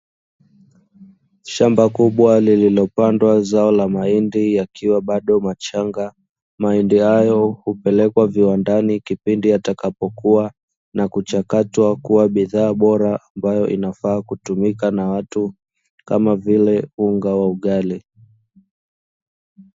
Shamba kubwa lililopandwa zao la mahindi yakiwa bado machinga mahindi hayo hupelekwa viwandani kipindi atakapokuwa na kuchakatwa, kuwa bidhaa bora ambayo inafaa kutumika na watu kama vile unga wa ugali.